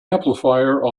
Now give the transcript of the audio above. amplifier